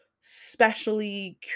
specially